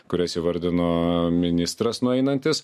kurias įvardino ministras nueinantis